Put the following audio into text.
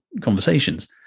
conversations